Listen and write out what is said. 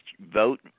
vote